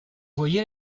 voyez